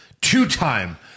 two-time